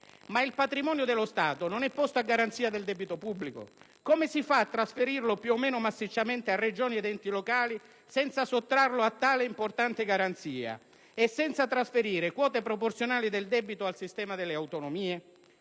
Ma il patrimonio dello Stato non è posto a garanzia del debito pubblico? Come si fa a trasferirlo più o meno massicciamente a Regioni ed enti locali senza sottrarlo a tale importante garanzia e senza trasferire quote proporzionali del debito al sistema delle autonomie?